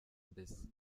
mbese